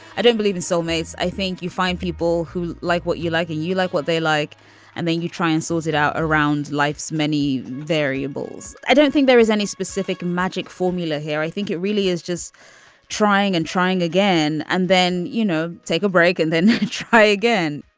i don't believe in soulmates. i think you find people who like what you like and you like what they like and then you try and sort it out around life's many variables. i don't think there is any specific magic formula here i think it really is just trying and trying again. and then you know take a break and then try again